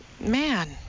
Man